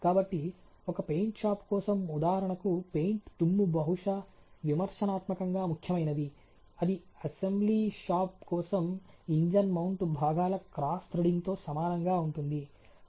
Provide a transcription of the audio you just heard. కాబట్టి ఒక paint shop కోసం ఉదాహరణకు పెయింట్ దుమ్ము బహుశా విమర్శనాత్మకంగా ముఖ్యమైనది ఇది అసెంబ్లీ షాప్ కోసం ఇంజిన్ మౌంటు భాగాల క్రాస్ థ్రెడింగ్తో సమానంగా ఉంటుంది